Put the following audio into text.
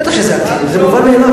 בטח שזה אנטי-יהודי, זה מובן מאליו.